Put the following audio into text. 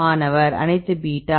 மாணவர் அனைத்து பீட்டா